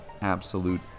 absolute